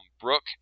Brooke